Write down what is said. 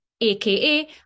aka